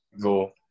go